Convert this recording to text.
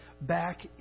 back